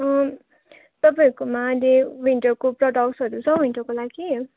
तपाईँहरूकोमा अहिले विन्टरको प्रोडक्ट्सहरू छ विन्टरको लागि